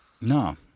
No